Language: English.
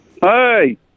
Hey